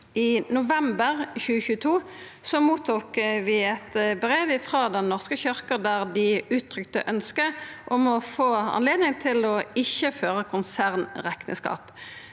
I november 2022 mottok vi eit brev frå Den norske kyrkja der dei uttrykte ønske om å få anledning til ikkje å føra konsernrekneskap.